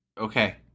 Okay